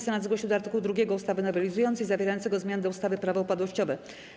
Senat zgłosił do art. 2 ustawy nowelizującej zawierającego zmiany do ustawy - Prawo upadłościowe.